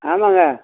ஆமாங்க